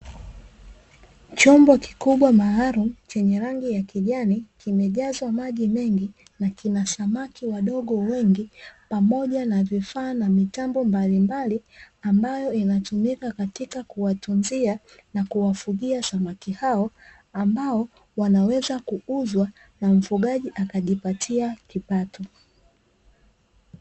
Chombo kikubwa maalumu chenye rangi ya kijani kimejazwa maji mengi na kina samaki wadogo wengi pamoja na vifaa na mitambo mbalimbali, ambayo inatumika katika kuwatunzia na kuwafugia samaki hao ambao wanaweza kuuzwa na mfugaji akajipatia kipato.